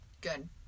Good